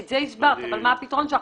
מה זה הסיפור הזה?